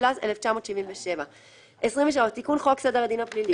התשל"ז 1977". תיקון חוק סדרהדין הפלילי